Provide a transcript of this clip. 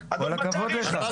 כל הכבוד לך,